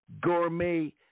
gourmet